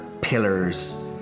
pillars